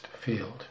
field